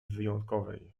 wyjątkowej